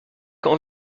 quand